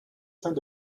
saints